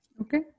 Okay